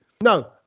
No